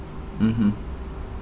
mmhmm